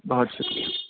بہت شکریہ